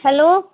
hello